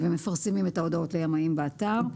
מפרסמים את ההודעות לימאים באתר.